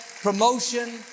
promotion